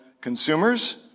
consumers